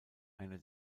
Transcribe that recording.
einer